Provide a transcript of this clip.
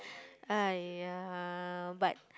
!aiya! but